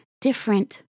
different